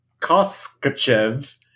Koskachev